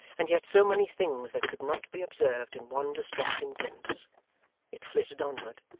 and yet so many things that could not be observed in one distracting glimpse it flitted onward,